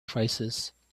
crisis